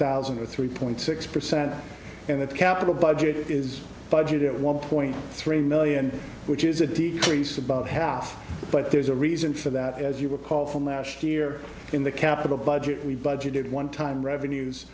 thousand or three point six percent and that capital budget is budgeted at one point three million which is a decrease about half but there's a reason for that as you recall from gnashed year in the capital budget we budgeted one time revenues